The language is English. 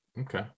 okay